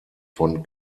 von